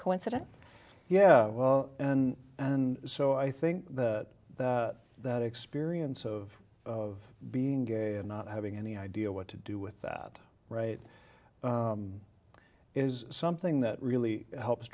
coincidence yeah well and so i think that that experience of of being gay and not having any idea what to do with that right is something that really helps